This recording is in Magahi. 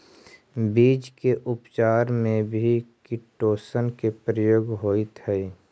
बीज के उपचार में भी किटोशन के प्रयोग होइत हई